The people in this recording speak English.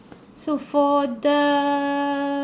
so for the